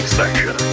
section